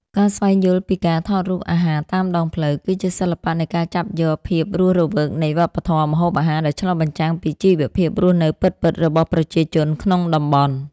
ការស្វែងយល់ពីការថតរូបអាហារតាមដងផ្លូវ គឺជាសិល្បៈនៃការចាប់យកភាពរស់រវើកនៃវប្បធម៌ម្ហូបអាហារដែលឆ្លុះបញ្ចាំងពីជីវភាពរស់នៅពិតៗរបស់ប្រជាជនក្នុងតំបន់។